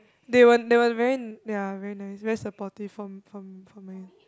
they were they were very ya very nice very supportive from from from my